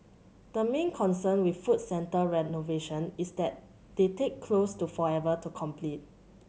the main concern with food centre renovation is that they take close to forever to complete